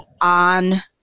on